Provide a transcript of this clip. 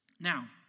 Now